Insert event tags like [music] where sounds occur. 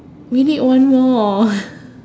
we need one more [breath]